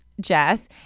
Jess